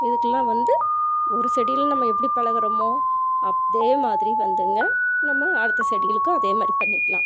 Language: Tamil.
இதுக்கு எல்லாம் வந்து ஒரு செடியில நம்ம எப்படி பழகுறோமோ அதே மாதிரி வந்துங்க நம்ம அடுத்த செடிகளுக்கும் அதேமாதிரி பண்ணிக்கலாம்